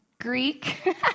Greek